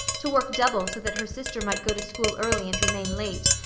to work double so that her sister might go to school early and remain late,